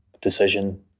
decision